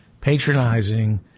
patronizing